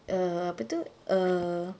err apa tu err